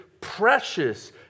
precious